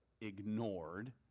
ignored